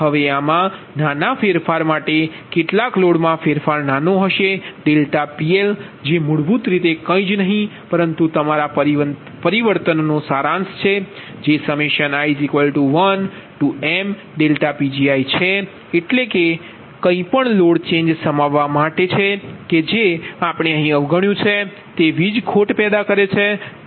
હવે આમાં નાના ફેરફાર માટે કેટલાક લોડ માં કુલ ફેરફાર નાનો છે ∆PL જે મૂળભૂત રીતે કંઇ જ નહીં પરંતુ તમામ પરિવર્તનનો સારાંશ છે જે i1m∆Pgiછે એટલે કે એ કંઈપણ લોડ ચેન્જ સમાવવા માટે છે કે જે આપણે અહીં અવગણ્યું છે તે વીજ ખોટ પેદા કરે છે